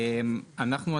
וכו'.